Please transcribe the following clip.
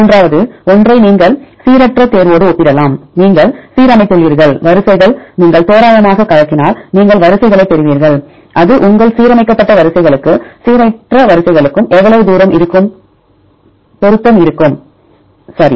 மூன்றாவது ஒன்றை நீங்கள் சீரற்ற தேர்வோடு ஒப்பிடலாம் நீங்கள் சீரமைத்துள்ளீர்கள் வரிசைகள் நீங்கள் தோராயமாக கலக்கினால் நீங்கள் வரிசைகளைப் பெறுவீர்கள் அது உங்கள் சீரமைக்கப்பட்ட வரிசைகளும் சீரற்ற வரிசைகளும் எவ்வளவு தூரம் இருக்கும் பொருந்தும் சரி